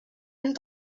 and